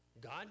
God